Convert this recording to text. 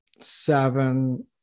seven